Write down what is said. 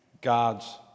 God's